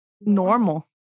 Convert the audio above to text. normal